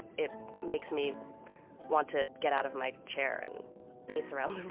it makes me want to get out of my chair and pace around